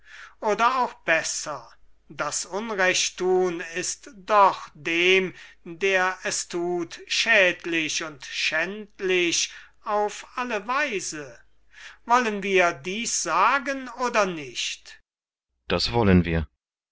oder auch besser das unrechttun ist doch dem der es tut schädlich und schändlich auf alle weise wollen wir dies sagen oder nicht kriton das wollen wir